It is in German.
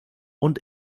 und